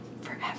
Forever